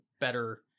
better